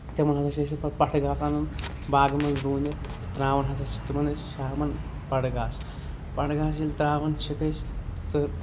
تِمن حظ چھِ أسۍ پتہٕ پَٹھٕ گاسہٕ انُن باغن منٛز لوٗنِتھ تراوان ہسا چھِ تِمن أسۍ شامَن پَڑٕ گاسہٕ پڑٕ گاسہٕ ییٚلہِ تراوان چھِکھ أسۍ تہٕ